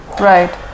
Right